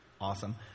awesome